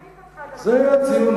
גברתי,